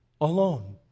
alone